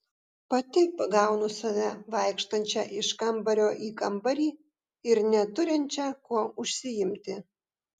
pati pagaunu save vaikštančią iš kambario į kambarį ir neturinčią kuo užsiimti